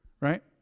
Right